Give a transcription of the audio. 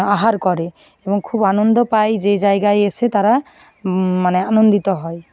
আহার করে এবং খুব আনন্দ পায় যে জায়গায় এসে তারা মানে আনন্দিত হয়